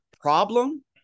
problem